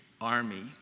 army